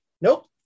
nope